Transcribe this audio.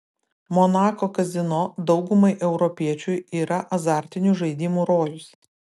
monako kazino daugumai europiečių yra azartinių žaidimų rojus